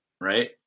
right